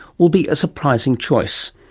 will be a surprising choice.